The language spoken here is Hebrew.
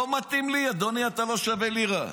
לא מתאים לי, אדוני, אתה לא שווה לירה.